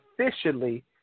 officially